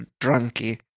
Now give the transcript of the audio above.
drunky